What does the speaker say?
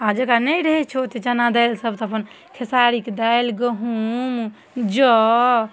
आ जकरा नहि रहै छै ओ तऽ चना दालि सबसँ अपन खेसारीके दालि गहूँम जौ